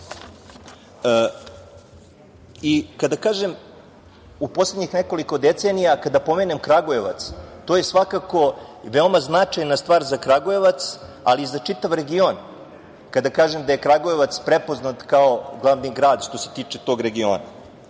kažem u poslednjih nekoliko decenija, kada pomenem Kragujevac, to je svakako veoma značajna stvar za Kragujevac, ali i za čitav region, kada kažem da je Kragujevac prepoznat kao glavni grad što se tiče tog regiona. Sredstva